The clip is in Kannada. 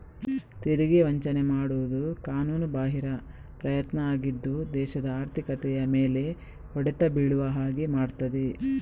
ತೆರಿಗೆ ವಂಚನೆ ಮಾಡುದು ಕಾನೂನುಬಾಹಿರ ಪ್ರಯತ್ನ ಆಗಿದ್ದು ದೇಶದ ಆರ್ಥಿಕತೆಯ ಮೇಲೆ ಹೊಡೆತ ಬೀಳುವ ಹಾಗೆ ಮಾಡ್ತದೆ